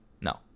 No